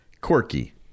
quirky